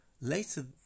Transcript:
later